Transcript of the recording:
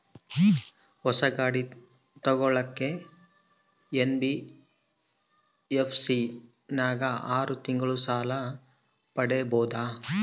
ಹೊಸ ಗಾಡಿ ತೋಗೊಳಕ್ಕೆ ಎನ್.ಬಿ.ಎಫ್.ಸಿ ನಾಗ ಆರು ತಿಂಗಳಿಗೆ ಸಾಲ ಪಡೇಬೋದ?